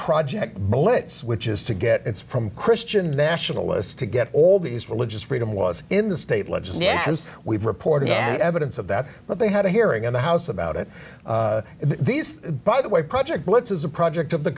project blitz which is to get its from christian nationalists to get all these religious freedom was in the state legislature as we've reported yet evidence of that but they had a hearing in the house about it these by the way project once is a project of the